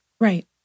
right